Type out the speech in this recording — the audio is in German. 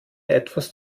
etwas